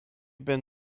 been